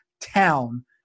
town